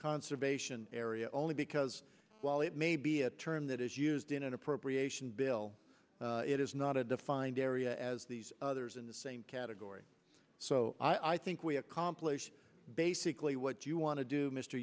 conservation area only because while it may be a term that is used in an appropriation bill it is not a defined area as these others in the same category so i think we accomplish basically what you want to do m